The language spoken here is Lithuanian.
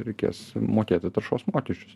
reikės mokėti taršos mokesčius